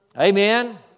Amen